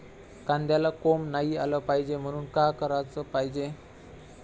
कांद्याला कोंब नाई आलं पायजे म्हनून का कराच पायजे?